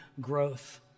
growth